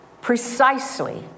precisely